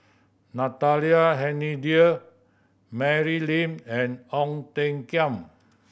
Natalie Hennedige Mary Lim and Ong Tiong Khiam